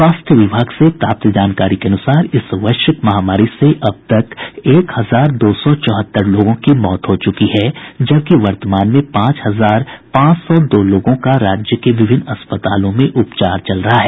स्वास्थ्य विभाग से प्राप्त जानकारी के अनुसार इस वैश्विक महामारी से अब तक एक हजार दो सौ चौहत्तर लोगों की मौत हो चुकी है जबकि वर्तमान में पांच हजार पांच सौ दो लोगों का राज्य के विभिन्न अस्पताल में उपचार चल रहा है